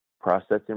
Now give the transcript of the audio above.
processing